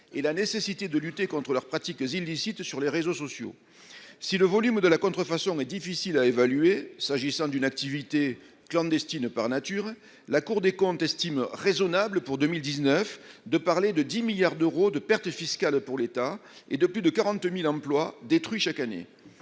sur la nécessité de lutter contre leurs pratiques illicites sur les réseaux sociaux. Si le volume de la contrefaçon est difficile à évaluer, s'agissant d'une activité clandestine par nature, la Cour des comptes estime raisonnable, pour 2019, de parler de 10 milliards d'euros de pertes fiscales pour l'État et de plus de 40 000 emplois détruits chaque année.